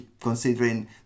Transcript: considering